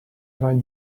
vingt